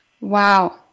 Wow